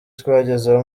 twagezeho